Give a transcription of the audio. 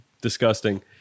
disgusting